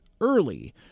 early